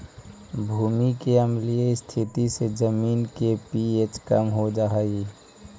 भूमि के अम्लीय स्थिति से जमीन के पी.एच कम हो जा हई